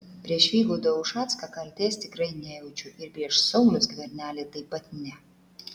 prieš vygaudą ušacką kaltės tikrai nejaučiu ir prieš saulių skvernelį taip pat ne